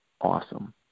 awesome